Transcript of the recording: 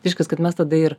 reiškia kaip mes tada ir